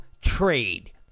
trade